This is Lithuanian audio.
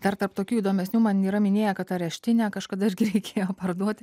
dar tarp tokių įdomesnių man yra minėję kad areštinę kažkada reikėjo parduoti